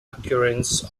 occurrence